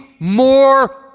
more